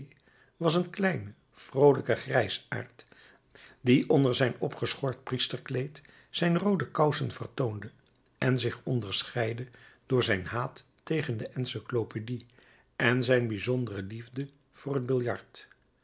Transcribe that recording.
was een kleine vroolijke grijsaard die onder zijn opgeschort priesterkleed zijn roode kousen vertoonde en zich onderscheidde door zijn haat tegen de encyclopedie en zijn bijzondere liefde voor het billard